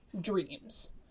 dreams